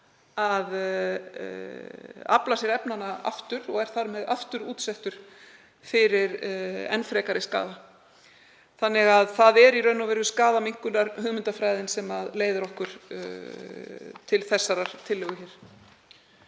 að afla sér efnanna aftur og er þar með aftur útsettur fyrir enn frekari skaða. Það er í raun og veru skaðaminnkunarhugmyndafræðin sem leiðir okkur til þessarar tillögu hér.